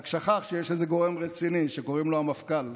רק שכח שיש איזה גורם רציני שקוראים לו המפכ"ל,